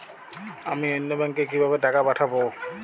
আমি অন্য ব্যাংকে কিভাবে টাকা পাঠাব?